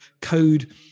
code